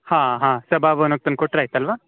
ಹಾಂ ಹಾಂ ಸಭಾ ಭವನಕ್ಕೆ ತಂದ್ಕೊಟ್ರೆ ಆಯಿತಲ್ವ